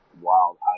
wild